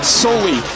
solely